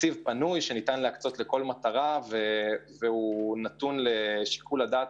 שניתן להפנות לכל מטרה והוא נתון לשיקול דעת